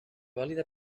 vàlida